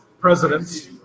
presidents